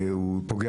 הוא גם פוגע